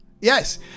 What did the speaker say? yes